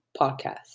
podcast